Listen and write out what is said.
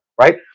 right